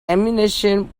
ammunition